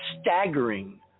staggering